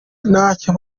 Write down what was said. ntacyo